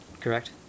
correct